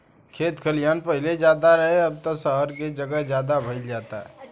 खेत खलिहान पाहिले ज्यादे रहे, अब त सहर के जगह ज्यादे भईल जाता